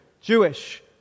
Jewish